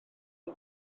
dal